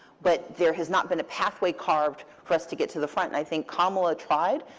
but there has not been a pathway carved for us to get to the front. and i think kamala tried.